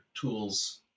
tools